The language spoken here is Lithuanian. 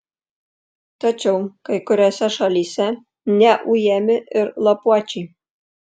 tačiau kai kuriose šalyse neujami ir lapuočiai